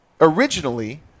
originally